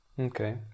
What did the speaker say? Okay